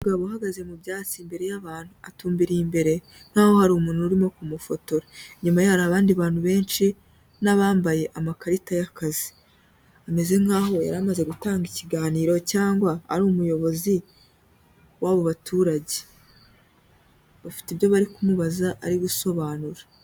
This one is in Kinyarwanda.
umugabo uhagaze mu byatsi imbere y'abantu atumbiriye imbere nkaho hari umuntu urimo ku mufotora nyumaye hari abandi bantu benshi n'abambaye amakarita y'akazi ameze nk'aho yari amaze gutanga ikiganiro cyangwa ari umuyobozi w'abo baturage bafite ibyo bari kumubaza ari gusobanura